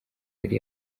yari